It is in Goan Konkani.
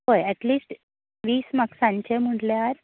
पळय एटलिस्ट वीस मार्कसांचे म्हटल्यार